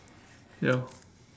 ya